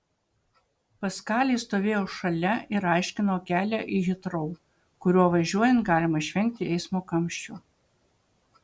paskalis stovėjo šalia ir aiškino kelią į hitrou kuriuo važiuojant galima išvengti eismo kamščių